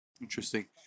Interesting